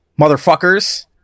Motherfuckers